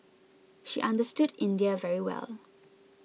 she understood India very well